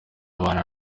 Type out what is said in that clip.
abana